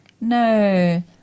No